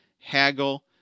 haggle